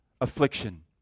affliction